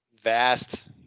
vast